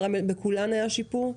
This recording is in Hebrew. על רמי לוי בכולן היה שיפור?